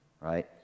right